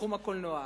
בתחום הקולנוע.